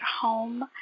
home